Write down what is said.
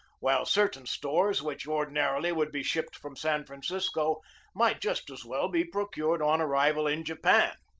while certain stores which ordinarily would be shipped from san francisco might just as well be procured on arrival in japan.